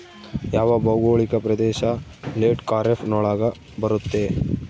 ಯಾವ ಭೌಗೋಳಿಕ ಪ್ರದೇಶ ಲೇಟ್ ಖಾರೇಫ್ ನೊಳಗ ಬರುತ್ತೆ?